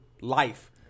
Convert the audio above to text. life